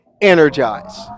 Energize